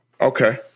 Okay